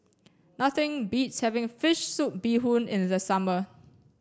nothing beats having fish soup bee hoon in the summer